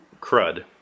crud